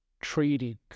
trading